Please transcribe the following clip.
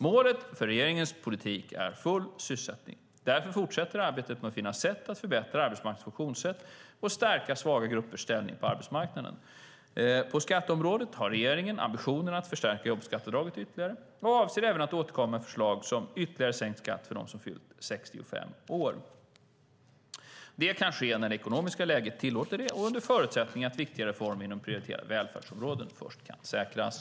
Målet för regeringens politik är full sysselsättning. Därför fortsätter arbetet med att finna sätt att förbättra arbetsmarknadens funktionssätt och stärka svaga gruppers ställning på arbetsmarknaden. På skatteområdet har regeringen ambitionen att förstärka jobbskatteavdraget ytterligare, och avser även att återkomma med förslag om ytterligare sänkt skatt för dem som har fyllt 65 år. Det kan ske när det ekonomiska läget tillåter det och under förutsättning att viktiga reformer inom prioriterade välfärdsområden först kan säkras.